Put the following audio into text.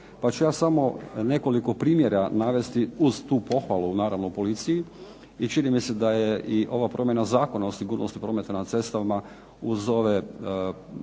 Pa ću ja samo nekoliko primjera navesti uz tu pohvalu naravno policiji. I čini mi se da je i ova promjena Zakona o sigurnosti prometa na cestama uz ove